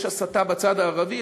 יש הסתה בצד הערבי,